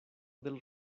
del